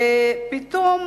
פתאום